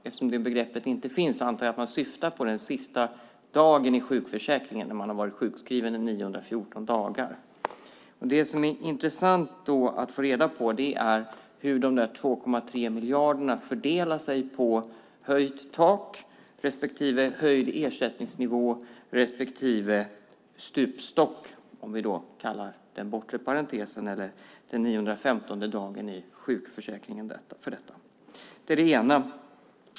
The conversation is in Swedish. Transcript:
Eftersom det begreppet inte finns antar jag att man syftar på den sista dagen i sjukförsäkringen när man har varit sjukskriven i 914 dagar. Det som är intressant att få reda på är hur de 2,3 miljarderna fördelar sig på höjt tak, höjd ersättningsnivå och stupstock, om vi kallar den bortre parentesen eller dag 915 i sjukförsäkringen för detta. Det är det ena.